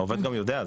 עובד גם יודע,